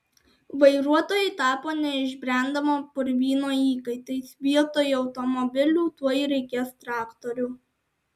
vairuotojai tapo neišbrendamo purvyno įkaitais vietoj automobilių tuoj reikės traktorių